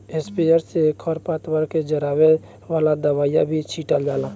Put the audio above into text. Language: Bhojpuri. स्प्रेयर से खर पतवार के जरावे वाला दवाई भी छीटल जाला